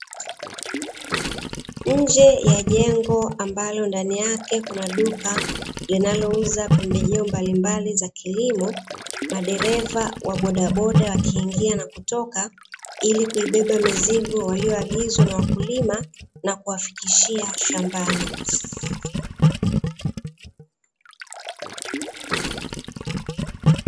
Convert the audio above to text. Nje ya jengo ambalo ndani yake kuna duka, linalouza pembejeo mbalimbali za kilimo. Madereva wa bodaboda wakiingia na kutoka ili kuibeba mizigo waliyoagizwa na wakulima na kuwafikishia shambani.